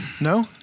No